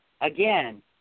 Again